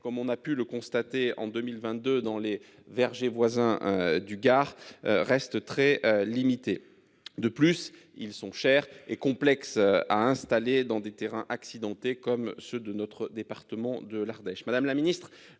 comme on a pu le constater en 2022 dans les vergers voisins du Gard reste très limité. De plus ils sont chers et complexes, a installer dans des terrains accidentés comme ceux de notre département de l'Ardèche, madame la Ministre,